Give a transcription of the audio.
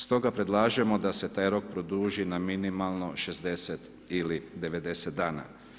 Stoga predlažemo da se taj rok produži na minimalno 60 ili 90 dana.